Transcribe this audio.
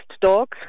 dogs